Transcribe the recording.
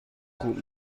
خوب